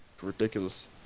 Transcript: Ridiculous